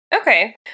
Okay